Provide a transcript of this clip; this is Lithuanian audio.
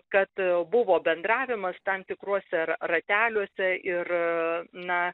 kad buvo bendravimas tam tikruose rateliuose ir na